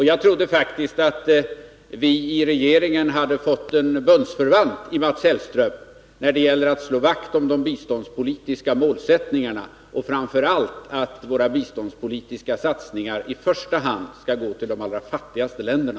Jag trodde faktiskt att vi i regeringen hade fått en bundsförvant i Mats Hellström när det gäller att slå vakt om de biståndspolitiska målsättningarna och att våra biståndspolitiska satsningar i första hand skall gå till de allra fattigaste länderna.